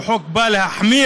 שחוק בא להחמיר